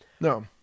No